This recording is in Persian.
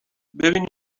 ببین